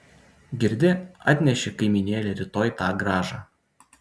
girdi atneši kaimynėle rytoj tą grąžą